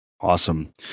Awesome